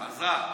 עזרה.